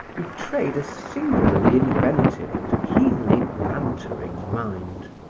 betrayed a singularly inventive and keenly bantering mind.